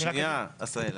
שנייה עשהאל,